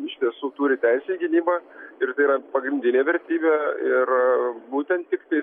iš tiesų turi teisę į gynybą ir tai yra pagrindinė vertybė ir būtent tiktai